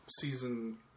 season